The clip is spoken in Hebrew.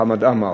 חמד עמאר.